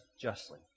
justly